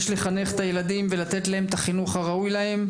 יש לחנך את הילדים ולתת להם את החינוך הראוי להם.